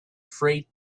freight